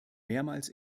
mehrmals